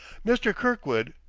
mr. kirkwood!